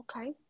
Okay